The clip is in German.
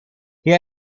hier